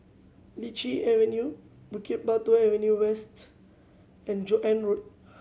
Lichi Avenue Bukit Batok Avenue West and Joan Road